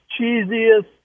cheesiest